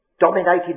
dominated